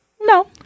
No